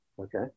Okay